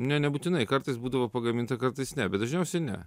ne nebūtinai kartais būdavo pagaminta kartais ne bet dažniausiai ne